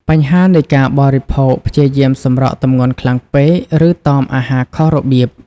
បញ្ហានៃការបរិភោគព្យាយាមសម្រកទម្ងន់ខ្លាំងពេក ឬតមអាហារខុសរបៀប។